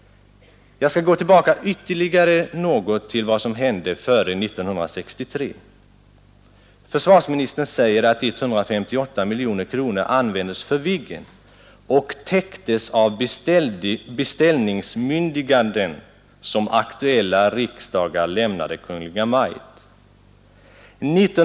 Jag skall gå tillbaka ytterligare något till vad som hände före 1963. Försvarsministern säger att 158 miljoner kronor användes för Viggen och täcktes av beställningsbemyndiganden som aktuella riksdagar lämnat Kungl. Maj:t.